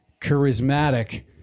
charismatic